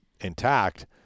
intact